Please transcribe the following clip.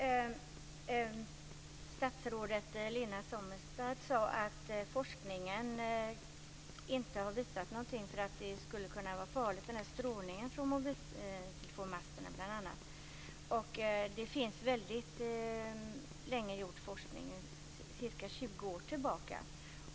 Herr talman! Statsrådet Lena Sommestad sade att forskningen inte har visat att strålningen från mobiltelefonmasterna skulle vara farlig. Det finns forskning sedan länge, ca 20 år tillbaka.